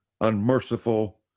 unmerciful